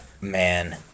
man